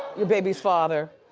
your babies father,